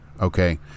Okay